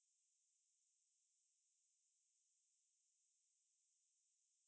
you got you know clouds like there's this saying like clouds actually quite heavy